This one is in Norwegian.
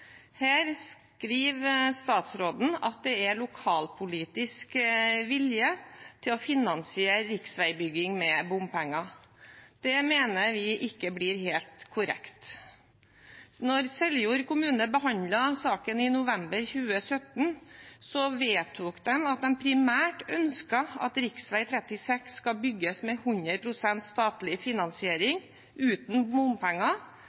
Her skriver statsråden at det er lokalpolitisk vilje til å finansiere riksveibygging med bompenger. Det mener vi ikke blir helt korrekt. Da Seljord kommune behandlet saken i november 2017, vedtok de at de primært ønsket at rv. 36 skulle bygges med 100 pst. statlig finansiering, uten bompenger,